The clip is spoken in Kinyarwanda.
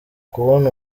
kubona